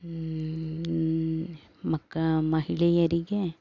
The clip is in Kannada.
ಮಕ್ಕ ಮಹಿಳೆಯರಿಗೆ